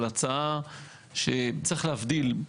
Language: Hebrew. אבל הצעה שצריך להבדיל,